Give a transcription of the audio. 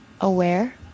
aware